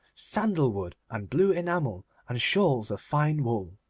sandal-wood and blue enamel and shawls of fine wool.